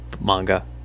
manga